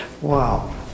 Wow